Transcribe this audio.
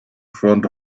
front